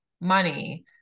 money